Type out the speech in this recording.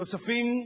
נוספים,